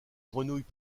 grenouilles